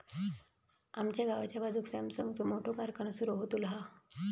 आमच्या गावाच्या बाजूक सॅमसंगचो मोठो कारखानो सुरु होतलो हा